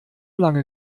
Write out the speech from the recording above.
lange